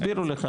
הסבירו לך,